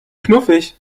knuffig